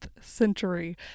century